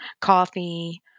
coffee